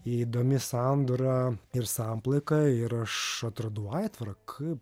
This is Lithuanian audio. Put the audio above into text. įdomi sandora ir samplaika ir aš atradau aitvarą kaip